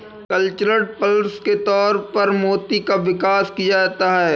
cultured pearls के तौर पर मोती का विकास किया जाता है